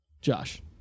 Josh